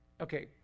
Okay